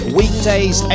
weekdays